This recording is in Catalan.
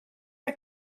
per